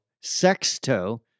sexto